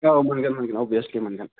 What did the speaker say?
औ मोनगोन मोनगोन अबभियासलि मोनगोन